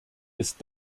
ist